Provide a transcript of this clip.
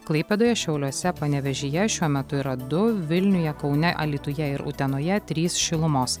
klaipėdoje šiauliuose panevėžyje šiuo metu yra du vilniuje kaune alytuje ir utenoje trys šilumos